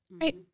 right